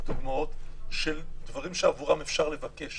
דוגמות של דברים שעבורם אפשר לבקש.